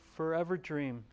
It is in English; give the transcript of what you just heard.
forever dream